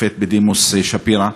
השופט בדימוס שפירא.